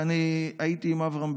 ואני הייתי עם אברהם,